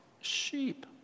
sheep